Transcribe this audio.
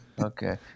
Okay